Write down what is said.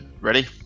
ready